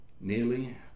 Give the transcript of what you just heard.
nearly